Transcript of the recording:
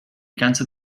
ganze